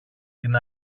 την